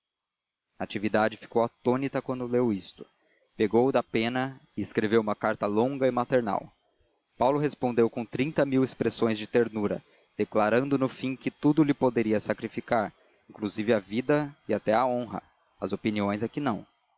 natividade ficou atônita quando leu isto pegou da pena e escreveu uma carta longa e maternal paulo respondeu com trinta mil expressões de ternura declarando no fim que tudo lhe poderia sacrificar inclusive a vida e até a honra as opiniões é que não